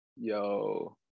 Yo